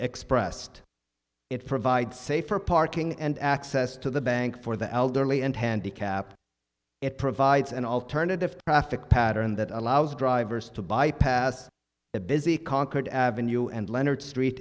expressed it provide safer parking and access to the bank for the elderly and handicapped it provides an alternative to traffic pattern that allows drivers to bypass the busy concord avenue and leonard street